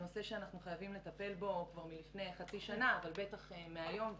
הנושא עלה כמה פעמים ואין אפס: ככל שנשקיע בהם בשגרה,